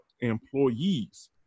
employees